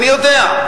אני יודע,